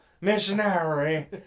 Missionary